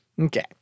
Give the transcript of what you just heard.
Okay